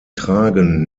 tragen